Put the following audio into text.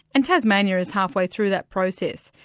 and tasmania is half-way through that process.